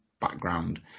background